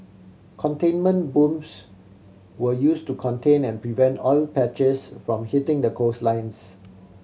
containment booms were used to contain and prevent oil patches from hitting the coastlines